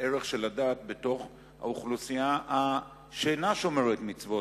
הערך של הדת בתוך אוכלוסייה שאינה שומרת מצוות